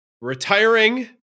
retiring